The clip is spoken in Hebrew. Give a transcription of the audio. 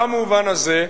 במובן הזה,